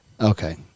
Okay